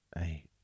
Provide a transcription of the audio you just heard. Eight